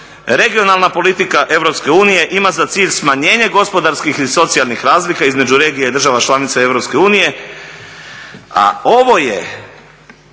regionalna politika EU ima za cilj smanjenje gospodarskih i socijalnih razlika između regija i država članica EU, a ovo je